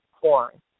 corn